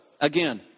again